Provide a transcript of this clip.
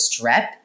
strep